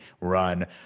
Run